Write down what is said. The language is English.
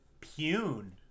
Pune